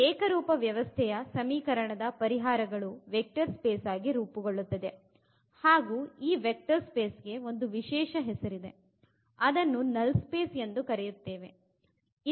ಈ ಏಕರೂಪದ ವ್ಯವಸ್ಥೆಯ ಸಮೀಕರಣದ ಪರಿಹಾರಗಳು ವೆಕ್ಟರ್ ಸ್ಪೇಸ್ ಆಗಿ ರೂಪುಗೊಳ್ಳುತ್ತದೆ ಹಾಗು ಈ ವೆಕ್ಟರ್ ಸ್ಪೇಸ್ ಗೆ ಒಂದು ವಿಶೇಷ ಹೆಸರಿದೆ ಅದನ್ನು ನಲ್ ಸ್ಪೇಸ್ ಎಂದು ಕರೆಯುತ್ತೇವೆ